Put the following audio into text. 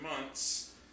months